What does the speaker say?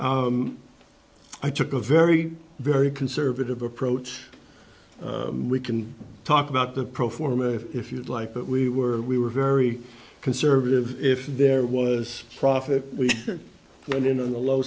c i took a very very conservative approach we can talk about the pro forma if you'd like but we were we were very conservative if there was profit we went in on the low